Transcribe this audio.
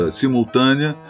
simultânea